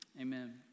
Amen